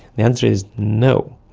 the answer is no.